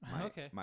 Okay